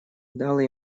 дал